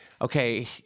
okay